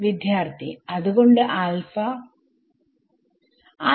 വിദ്യാർത്ഥി അത്കൊണ്ട് ആൽഫ